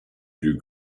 drew